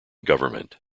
government